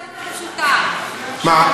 הסיבה הרבה יותר פשוטה, באופוזיציה.